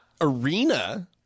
arena